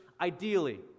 ideally